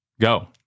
go